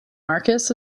marcus